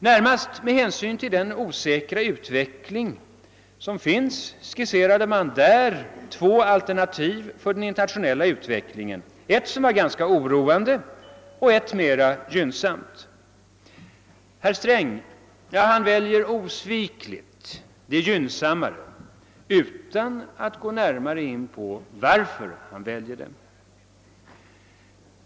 Närmast med hänsyn till den osäkra utvecklingen skisserade konjunkturinstitutet två alternativ beträffande den internationella utvecklingen, ett som är ganska oroande och ett annat som är mera gynnsamt. Herr Sträng väljer osvikligt det gynnsammare alternativet utan att närmare ingå på varför han gör det.